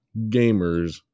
Gamers